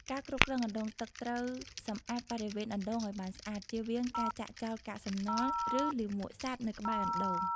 ការគ្រប់គ្រងអណ្ដូងទឹកត្រូវសម្អាតបរិវេណអណ្ដូងឲ្យបានស្អាត ជៀសវាងការចាក់ចោលកាកសំណល់ ឬលាមកសត្វនៅក្បែរអណ្ដូង។